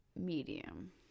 medium